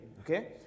okay